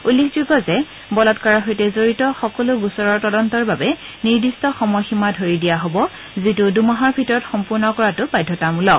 উল্লেখযোগ্য যে বলাৎকাৰৰ সৈতে জড়িত সকলো গোচৰৰ তদন্তৰ বাবে নিৰ্দিষ্ট সময়সীমা ধৰি দিয়া হব যিটো দুমাহৰ ভিতৰত সম্পূৰ্ণ কৰাটো বাধ্যতামূলক